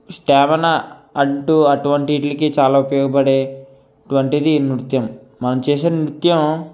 stamina అంటూ అటువంటి ఈట్లకి చాలా ఉపయోగపడేటువంటిది ఈ నృత్యం మనం చేసే నృత్యం